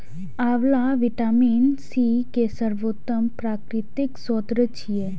आंवला vitamin C के सर्वोत्तम प्राकृतिक स्रोत छियै